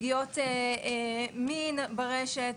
פגיעות מין ברשת,